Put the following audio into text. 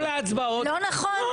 לא נכון.